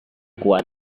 kuat